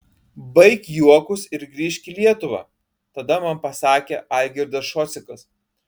baik juokus ir grįžk į lietuvą tada man pasakė algirdas šocikas